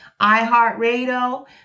iHeartRadio